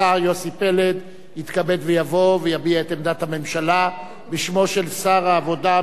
השר יוסי פלד יתכבד ויבוא ויביע את עמדת הממשלה בשמו של שר העבודה,